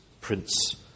Prince